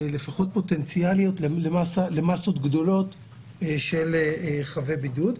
לפחות פוטנציאלית, למסות גדולות של חבי בידוד.